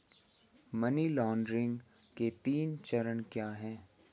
Money laundering के तीन चरण क्या हैं?